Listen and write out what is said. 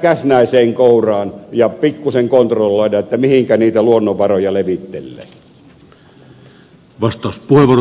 käsnäiseen kouraansa ja pikkuisen kontrolloida mihinkä niitä luonnonvaroja levittelee